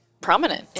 prominent